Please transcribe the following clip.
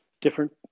different